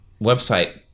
website